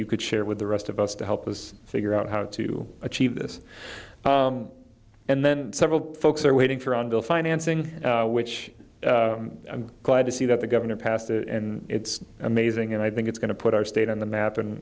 you could share with the rest of us to help us figure out how to achieve this and then several folks are waiting for on the financing which i'm glad to see that the governor passed and it's amazing and i think it's going to put our state on the map and